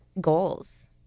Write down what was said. goals